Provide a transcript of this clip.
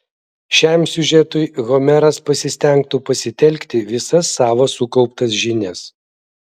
šiam siužetui homeras pasistengtų pasitelkti visas savo sukauptas žinias